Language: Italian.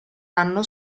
anno